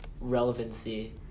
relevancy